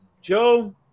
Joe